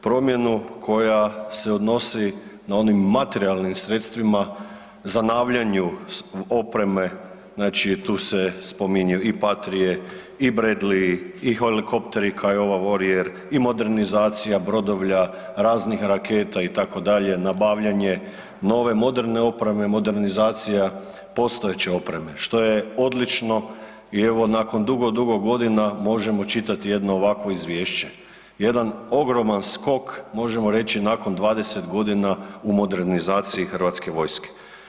Promjenu koja se odnosi na onim materijalnim sredstvima, zanavljanju opreme, znači tu se spominju i Partije, i Bradley, i helikopteri Kiowa warrior i modernizacija brodovlja, raznih raketa itd., nabavljanje nove moderne opreme, modernizacija postojeće opreme što je odlično i evo nakon dugi, dugo godina možemo čitati jedno ovakvo izvješće, jedan ogroman skok, možemo reći nakon 20 g. u modernizaciji hrvatske vojske.